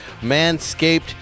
Manscaped